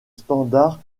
standard